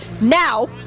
now